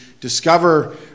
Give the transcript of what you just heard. discover